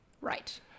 Right